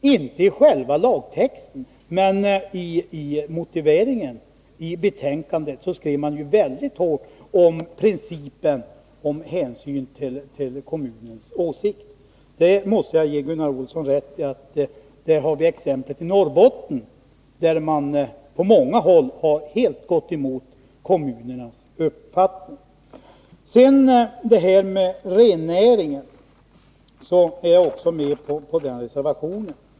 Inte i själva lagtexten men i motiveringen i betänkandet skrev man ju mycket hårt när det gällde principen om hänsyn till kommunens åsikt. Jag måste ge Gunnar Olsson rätt i att vi i detta sammanhang har exempel från Norrbotten; där har man på många håll helt gått emot kommunernas uppfattning. När det gäller rennäringen är jag också med på en reservation.